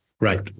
right